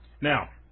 Now